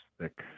thick